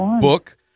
book